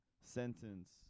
sentence